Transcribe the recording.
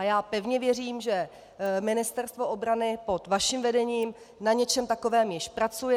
Já pevně věřím, že Ministerstvo obrany pod vaším vedením na něčem takovém již pracuje.